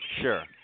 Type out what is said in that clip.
Sure